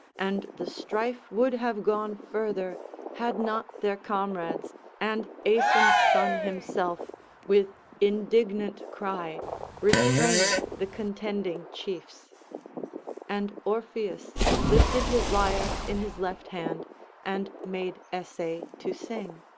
and the strife would have gone further had not their comrades and aeson's son himself with indignant cry restrained the contending chiefs and orpheus lifted his lyre in his left hand and made essay to sing.